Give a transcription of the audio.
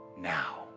now